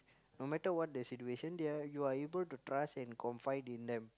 no matter what the situation you are able to trust and confide in them